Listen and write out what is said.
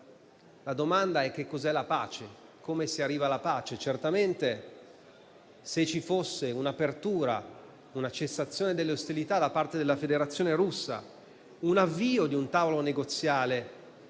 La domanda, quindi, è che cos'è la pace e come ci si arriva. Certamente, se ci fossero un'apertura, una cessazione delle ostilità da parte della Federazione Russa o l'avvio di un tavolo negoziale,